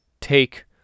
take